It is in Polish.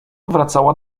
wracała